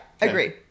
Agree